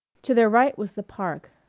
to their right was the park,